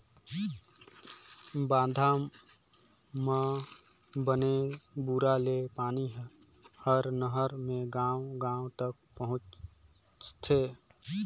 बांधा म बने दूरा ले पानी हर नहर मे गांव गांव तक पहुंचथे